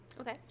Okay